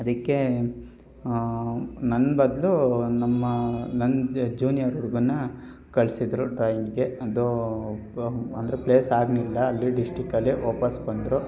ಅದಕ್ಕೆ ನನ್ನ ಬದಲು ನಮ್ಮ ನನ್ನ ಜೂನಿಯರ್ ಹುಡ್ಗನ್ನ ಕಳಿಸಿದ್ರು ಡ್ರಾಯಿಂಗಿಗೆ ಅದೂ ಅಂದ್ರೆ ಪ್ಲೇಸ್ ಆಗಲಿಲ್ಲ ಅಲ್ಲಿ ಡಿಸ್ಟಿಕಲ್ಲಿ ವಾಪಸ್ಸು ಬಂದರು